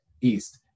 East